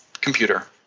computer